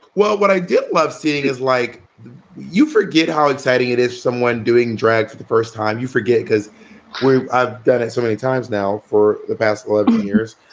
well, what i did love seeing is like you forget how exciting it is someone doing drag for the first time. you forget because i've done it so many times now for the past eleven years.